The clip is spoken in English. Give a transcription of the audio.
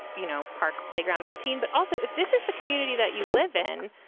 you know, park playground routine, but also if this is the community that you live in.